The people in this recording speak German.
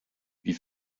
wie